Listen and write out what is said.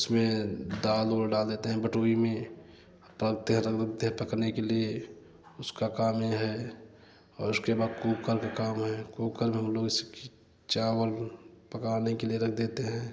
उसमें दाल उर डाल देते हैं बटोरी में पालते हैं देह पकड़ने के लिए उसका काम ये है और उसके बाद कूकल का काम है कूकल में हम लोग जैसे कि चावल पकाने के लिए रख देते हैं